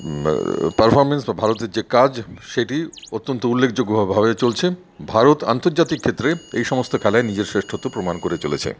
performance বা ভারতের যে কাজ সেটি অত্যন্ত উল্লেখযোগ্যভাবে চলছে ভারত আন্তর্জাতিক ক্ষেত্রে এই সমস্ত খেলায় নিজের শ্রেষ্ঠত্ব প্রমাণ করে চলেছে